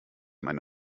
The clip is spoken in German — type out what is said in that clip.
meine